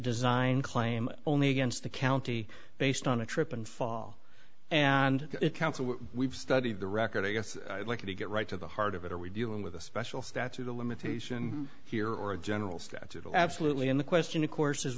design claim only against the county based on a trip and fall and council we've studied the record i guess i'd like to get right to the heart of it are we dealing with a special statute of limitation here or are generals that absolutely in the question of course